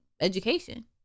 education